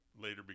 later